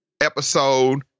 episode